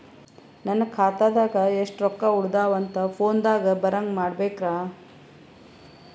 ನನ್ನ ಖಾತಾದಾಗ ಎಷ್ಟ ರೊಕ್ಕ ಉಳದಾವ ಅಂತ ಫೋನ ದಾಗ ಬರಂಗ ಮಾಡ ಬೇಕ್ರಾ?